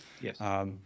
Yes